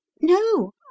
No